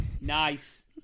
Nice